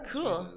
Cool